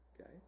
Okay